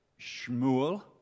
Shmuel